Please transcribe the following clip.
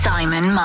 Simon